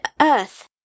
earth